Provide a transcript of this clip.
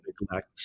neglect